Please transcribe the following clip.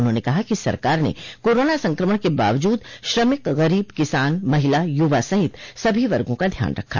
उन्होंने कहा कि सरकार ने कोरोना संक्रमण के बावजूद श्रमिक गरीब किसान महिला युवा सहित सभी वर्गो का ध्यान रखा